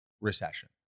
Recession